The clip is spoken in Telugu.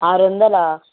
ఆరు వందల